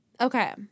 Okay